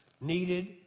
needed